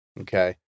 Okay